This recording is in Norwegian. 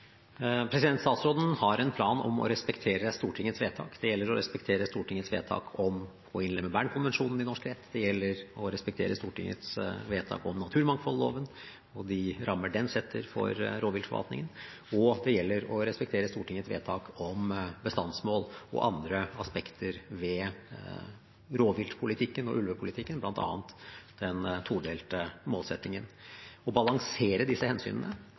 om å respektere Stortingets vedtak. Det gjelder å respektere Stortingets vedtak om å innlemme Bernkonvensjonen i norsk rett, det gjelder å respektere Stortingets vedtak om naturmangfoldloven og de rammer den setter for rovviltforvaltningen, og det gjelder å respektere Stortingets vedtak om bestandsmål og andre aspekter ved rovvilt- og ulvepolitikken, bl.a. den todelte målsettingen. Å balansere disse hensynene